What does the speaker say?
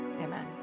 amen